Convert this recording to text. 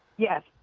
yes.